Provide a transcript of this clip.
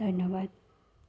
ধন্যবাদ